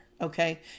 okay